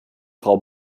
frau